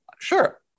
Sure